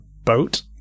boat